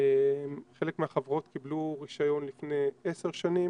חלק מהחברות קיבלו רישיון לפני עשר שנים,